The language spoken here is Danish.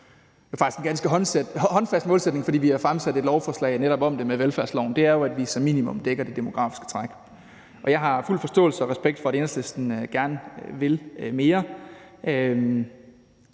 det er faktisk en ganske håndfast målsætning, fordi vi har fremsat et lovforslag om netop det i form af velfærdsloven – er jo, at vi som minimum dækker det demografiske træk. Jeg har fuld forståelse og respekt for, at Enhedslisten gerne vil mere